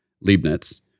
Leibniz